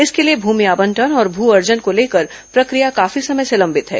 इसके लिए भूमि आवंटन और भू अर्जन को लेकर प्रक्रिया काफी समय से लंबित है